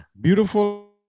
beautiful